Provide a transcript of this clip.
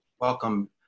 Welcome